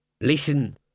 Listen